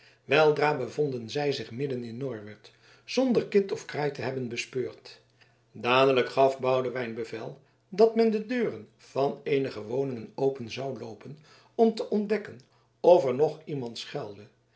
weldra bevonden zij zich midden in norwert zonder kind of kraai te hebben bespeurd dadelijk gaf boudewijn bevel dat men de deuren van eenige woningen open zou loopen om te ontdekken of er nog iemand schuilde